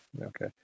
Okay